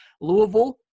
Louisville